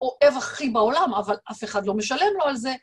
אוהב הכי בעולם, אבל אף אחד לא משלם לו על זה.